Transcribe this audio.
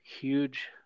huge